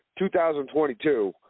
2022